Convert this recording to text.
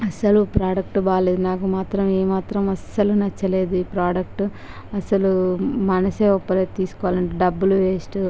అస్సలు ప్రొడెక్టు బాగాలేదు నాకు మాత్రము ఏమాత్రం అస్సలు నచ్చలేదు ఈ ప్రొడెక్టు అసలు మనసే ఒప్పలేదు తీసుకోవాలంటే డబ్బులు వేస్టు